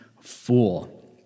fool